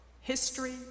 History